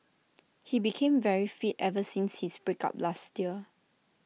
he became very fit ever since his break up last year